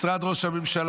משרד ראש הממשלה,